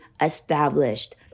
established